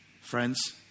Friends